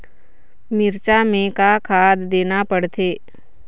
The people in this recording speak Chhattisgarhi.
मिरचा मे का खाद देना पड़थे?